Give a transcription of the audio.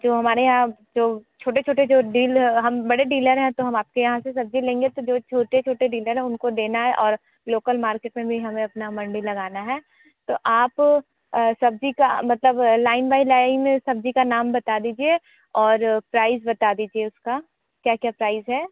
जो हमारे यहाँ जो छोटे छोटे जो डील हम बड़े डीलर हैं तो हम आप के यहाँ से सब्ज़ी लेंगे तो जो छोटे छोटे डीलर हैं उनको देना है और लोकल मार्केट में भी हमें अपनी मंडी लगाना है तो आप सब्ज़ी का मतलब लाइन बाय लाइन सब्ज़ी का नाम बता दीजिए और प्राइस बता दीजिए उसका क्या क्या प्राइस है